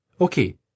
Okay